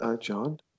John